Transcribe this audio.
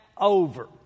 over